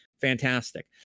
Fantastic